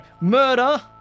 Murder